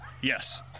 Yes